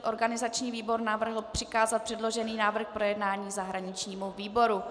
Organizační výbor navrhl přikázat předložený návrh k projednání zahraničnímu výboru.